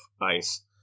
ice